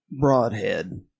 broadhead